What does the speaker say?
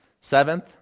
Seventh